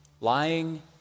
lying